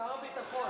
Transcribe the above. שר הביטחון שלך הציע.